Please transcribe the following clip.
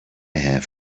have